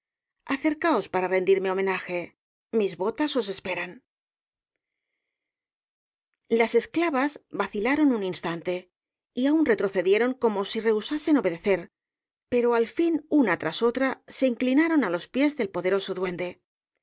acercaos para rendirme homenaje mis botas os esperan las esclavas vacilaron un instante y aun retrocedieron como si rehusasen obedecer pero al fin una tras otra se inclinaron á los pies del poderoso duende